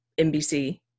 NBC